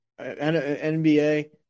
NBA